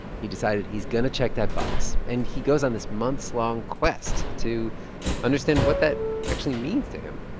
he decided he's going to check that box. and he goes on this months-long quest to understand what that actually means to him.